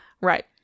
Right